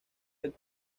del